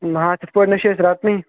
نا تِتھ پٲٹھۍ نٔے چھُ أسۍ رٹنٕے